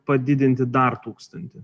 padidinti dar tūkstantį